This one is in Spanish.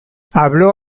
habló